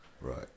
Right